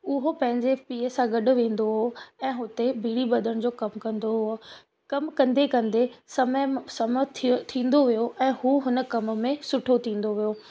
उहो पंहिंजे पीउ सां गॾु वेंदो हुओ ऐं हुते बिड़ी बधण जो कमु कंदो हुओ कमु कंदे कंदे समय समय थियो थींदो वियो ऐं हू हुन कम में सुठो थींदो वियो